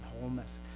wholeness